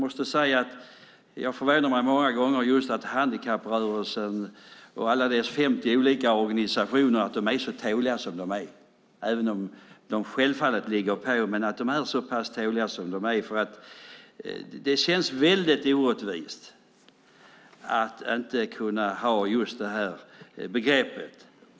Det förvånar mig många gånger att handikapprörelsen med sina 50 olika organisationer är så tålig som den är, även om den självfallet ligger på. Det känns nämligen väldigt orättvist att man inte kan ha detta begrepp.